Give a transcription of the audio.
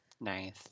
Nice